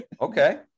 Okay